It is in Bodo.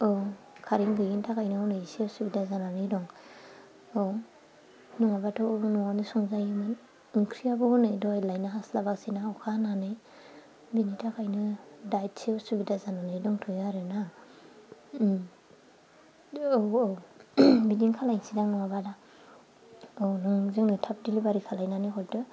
औ खारेन्ट गैयैनि थाखायनो हनै एसे असुबिदा जानानै दं औ नङाबाथ' न'आवनो संजायोमोन ओंख्रियाबो हनै दहाय लायनो हास्लाबासै ना अखा हानानै बिनि थाखायनो दा एसे असुबिदा जानानै दंथ'यो आरोना औ औ बिदिनो खालायसैदां नङाबा आदा औ नों जोंनो थाब दिलिभारि खालामनानै हरदो